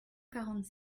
quarante